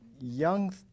young